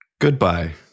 Goodbye